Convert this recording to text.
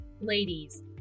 Ladies